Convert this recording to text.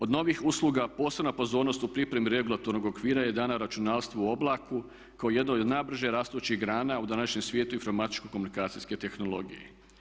Od novih usluga, posebna pozornost u pripremi regulatornog okvira je dana računarstvu u oblaku kao jednoj od najbrže rastućih grana u današnjem svijetu informatičko komunikacijskoj tehnologiji.